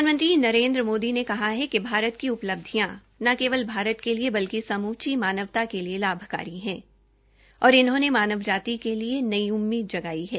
प्रधानमंत्री नरेन्द्र मोदी ने कहा है कि भारत की उपलब्धियों न केलव भारत के लिए बल्कि समूची मानवता के लिए लाभकारी है और उन्होंने मानव जाति के लिए नई उम्मीद जगाई है